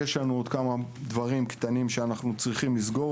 יש עוד כמה דברים קטנים שאנחנו צריכים לסגור,